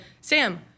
Sam